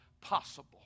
possible